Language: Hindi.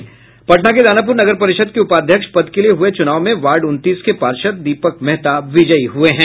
पटना के दानाप्र नगर परिषद् के उपाध्यक्ष पद के लिए हुए चुनाव में वार्ड उनतीस के पार्षद् दीपक मेहता विजयी हुए हैं